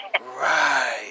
Right